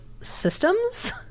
systems